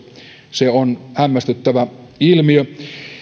se on hämmästyttävä ilmiö